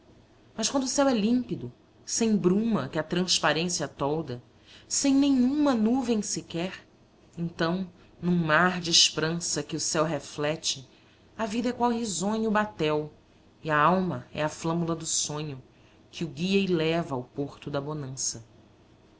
mas quando céu é límpido sem bruma que a transparência tolda sem nenhuma nuvem sequer então num mar de esprança que o céu reflete a vida é qual risonho batel e a alma é a flâmula do sonho que o guia e leva ao porto da bonança